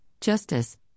justice